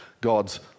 God's